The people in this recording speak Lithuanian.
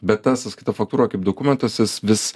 bet ta sąskaita faktūra kaip dokumentas jis vis